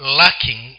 lacking